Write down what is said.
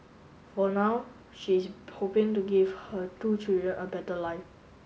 for now she is hoping to give her two children a better life